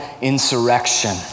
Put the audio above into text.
insurrection